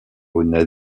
naît